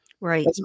right